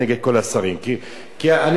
כי אני מכיר את המערכת,